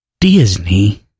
Disney